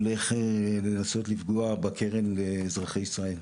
הולך לנסות לפגוע בקרן לאזרחי ישראל.